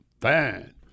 fine